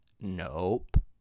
Nope